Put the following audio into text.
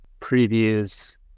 previews